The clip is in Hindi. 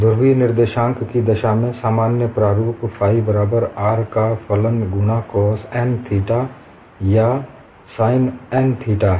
ध्रुवीय निर्देशांक की दशा में सामान्य प्रारुप फाइ बराबर r का फलन गुणा cos n थीटा or sin n थीटा है